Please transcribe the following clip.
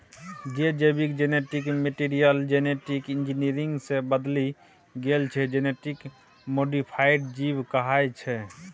जे जीबक genetic material genetic engineering सँ बदलि गेल छै जेनेटिक मोडीफाइड जीब कहाइ छै